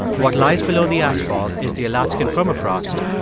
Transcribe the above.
what lies below the asphalt is the alaskan permafrost,